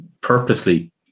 purposely